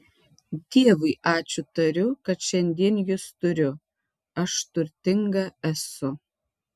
dievui ačiū tariu kad šiandien jus turiu aš turtinga esu